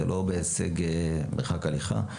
זה לא בהישג מרחק הליכה,